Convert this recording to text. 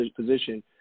position